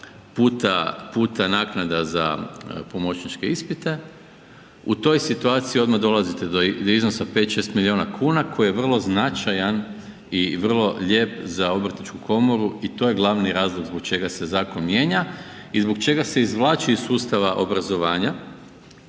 puta naknada za pomoćničke ispite u toj situaciji dolazite do iznosa 5, 6 milijuna kuna koji je vrlo značajan i vrlo lijep za obrtničku komoru i to je glavni razlog zbog čega se zakon mijenja i zbog čega se izvlači iz sustava obrazovanja